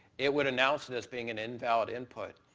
it would announce this being an invalid input.